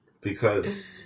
Because-